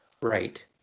Right